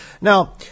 Now